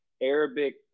Arabic